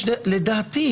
לדעתי.